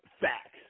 Facts